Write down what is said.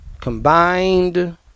combined